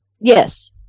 Yes